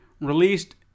released